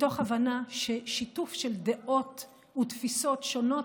מתוך הבנה ששיתוף של דעות ותפיסות שונות